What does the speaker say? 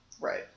Right